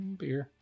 beer